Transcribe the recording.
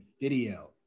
video